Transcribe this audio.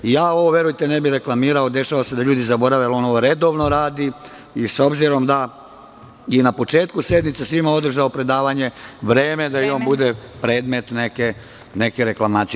Verujte, ja ovo ne bih reklamirao, dešava se da ljudi zaborave, ali on ovo redovno radi i s obzirom da je na početku sednice svima održao predavanje, vreme je da i on bude predmet neke reklamacije.